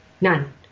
None